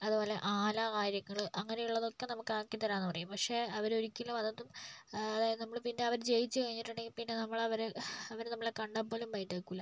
അതേപോലെ ആല കാര്യങ്ങള് അങ്ങനെയുള്ളതൊക്കെ നമുക്ക് ആക്കിത്തരാന്ന് പറയും പക്ഷെ അവരൊരിക്കലും അതൊന്നും അതായത് നമ്മള് പിന്നെ അവര് ജയിച്ച് കഴിഞ്ഞിട്ടുണ്ടെങ്കി പിന്നെ നമ്മളെ അവര് അവര് നമ്മളെ കണ്ടാപ്പോലും മൈൻഡ് ആക്കുകയില്ല